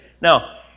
Now